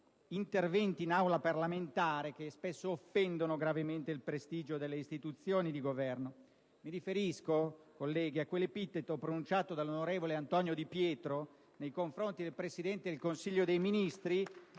interventi nelle Aule parlamentari che spesso offendono gravemente il prestigio delle istituzioni di governo. Mi riferisco, colleghi, a quell'epiteto pronunciato dall'onorevole Antonio Di Pietro nei confronti del Presidente del Consiglio dei ministri,